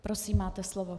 Prosím, máte slovo.